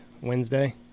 wednesday